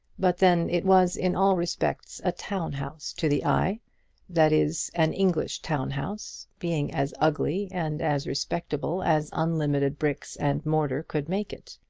but then it was in all respects a town house to the eye that is, an english town house, being as ugly and as respectable as unlimited bricks and mortar could make it.